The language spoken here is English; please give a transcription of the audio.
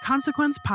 Consequence